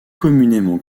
communément